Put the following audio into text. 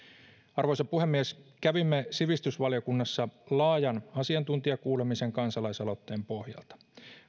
arvoisa puhemies kävimme sivistysvaliokunnassa laajan asiantuntijakuulemisen kansalaisaloitteen pohjalta